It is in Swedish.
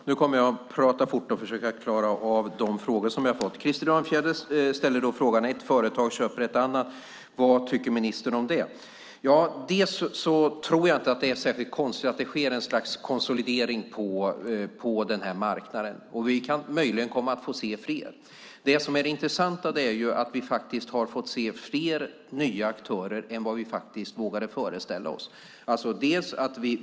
Herr talman! Nu kommer jag att prata fort och försöka klara av de frågor jag har fått. Krister Örnfjäder säger: Ett företag köper ett annat. Vad tycker ministern om det? Jag tror inte att det är så konstigt att det sker ett slags konsolidering på den här marknaden. Vi kan möjligen komma att få se fler. Det intressanta är att vi faktiskt har fått se fler nya aktörer än vi vågade föreställa oss.